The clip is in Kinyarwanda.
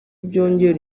byongera